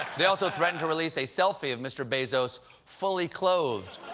they also threatened to release a selfie of mr. bezos fully clothed.